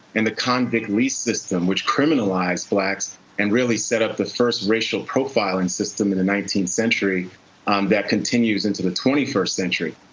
the convict lease system which criminalized blacks and really set up the first racial profilin' system in the nineteenth century um that continues into the twenty first century.